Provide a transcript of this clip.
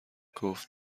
گفت